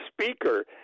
speaker